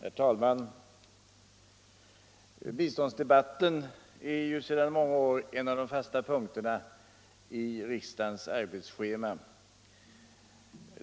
Herr talman! Biståndsdebatten är ju sedan många år en av de fasta punkterna i riksdagens arbetsschema.